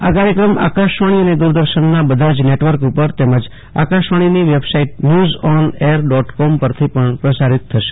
આ કાર્યક્રમ આકાશવાણી અને દુરદર્શનના બધાજ નેટવર્ક ઉપર તેમજ આકાશવાણીની website news on air dot com પરથી પણ પ્રસારીત થશે